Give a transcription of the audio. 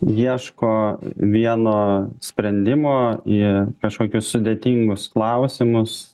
ieško vieno sprendimo į kažkokius sudėtingus klausimus